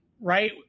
right